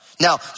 Now